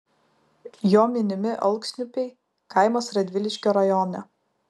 jo minimi alksniupiai kaimas radviliškio rajone